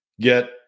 get